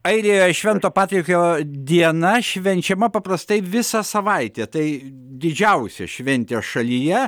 airijoj švento patriko diena švenčiama paprastai visą savaitę tai didžiausia šventė šalyje